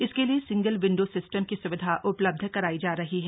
इसके लिए single window system की स्विधा उपलब्ध कराई जा रही है